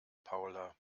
paula